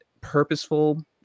purposeful